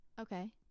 Okay